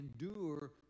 endure